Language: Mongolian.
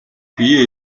биеэ